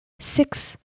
six